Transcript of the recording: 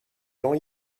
jean